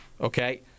okay